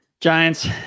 Giants